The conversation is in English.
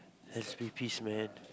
let's be peace man